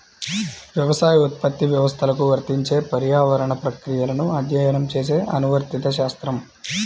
వ్యవసాయోత్పత్తి వ్యవస్థలకు వర్తించే పర్యావరణ ప్రక్రియలను అధ్యయనం చేసే అనువర్తిత శాస్త్రం